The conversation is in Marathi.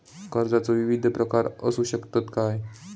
कर्जाचो विविध प्रकार असु शकतत काय?